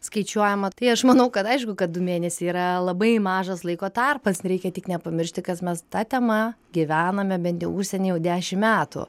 skaičiuojama tai aš manau kad aišku kad du mėnesiai yra labai mažas laiko tarpas nereikia tik nepamiršti kad mes ta tema gyvename bent jau užsienyje jau dešimt metų